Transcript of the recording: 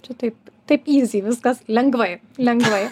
tu taip taip ysi viskas lengvai lengvai